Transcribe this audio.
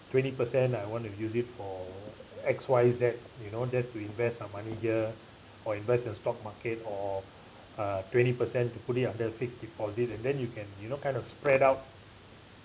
twenty percent I want to use it for X Y Z you know just to invest some money here or invest the stock market or uh twenty percent to put it under fixed deposit and then you can you know kind of spread out